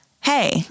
hey